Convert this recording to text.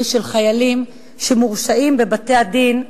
של חיילים שמורשעים בבתי-הדין הצבאיים.